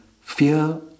fear